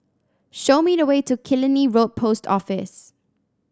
show me the way to Killiney Road Post Office